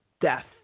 death